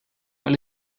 alle